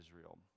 Israel